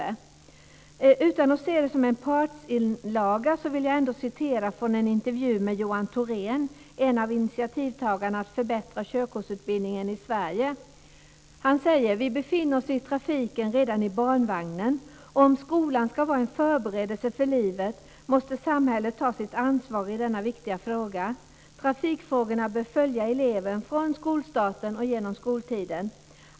Utan att man ska se det som en partsinlaga vill jag ändå citera ur en intervju med Johan Thorén, en av initiativtagarna till att förbättra körkortsutbildningen i Sverige. Han säger: "Vi befinner oss i trafiken redan i barnvagnen. Om skolan ska vara en förberedelse för livet måste samhället ta sitt ansvar i denna viktiga fråga. Trafikfrågorna bör följa eleven från skolstarten och genom skoltiden.